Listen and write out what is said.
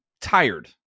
tired